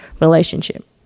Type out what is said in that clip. relationship